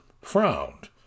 frowned